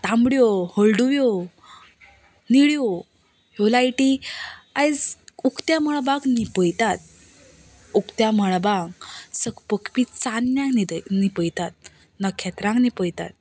तांबड्यो हळदुव्यो निळ्यो ह्यो लायटी आयज उकत्या मळबाक लिपयतात उकत्या मळबार चकचकपी चान्नें लिपयतात नखेत्रांक लिपयतात